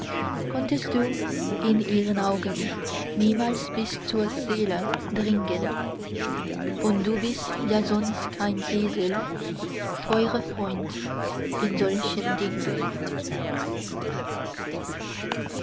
konntest du in ihren augen niemals bis zur seele dringen und du bist ja sonst kein esel teurer freund in solchen dingen